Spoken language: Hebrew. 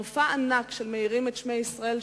מופע ענק של "מאירים את שמי ישראל",